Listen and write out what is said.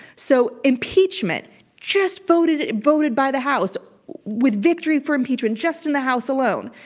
so, impeachment just voted and voted by the house with victory for impeachment just in the house alone,